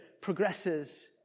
progresses